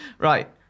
Right